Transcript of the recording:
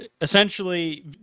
essentially